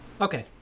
Okay